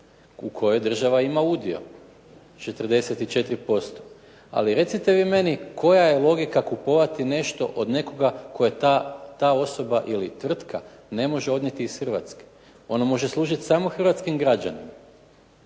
u kojoj država ima udio 44%, ali recite vi meni koja je logika kupovati nešto od nekoga koje ta osoba ili tvrtka ne može odnijeti iz Hrvatske, ona može služiti samo Hrvatskim građanima